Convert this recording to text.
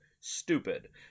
stupid